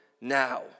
Now